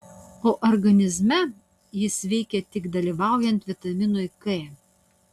o organizme jis veikia tik dalyvaujant vitaminui k